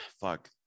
fuck